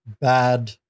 bad